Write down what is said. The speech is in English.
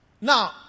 Now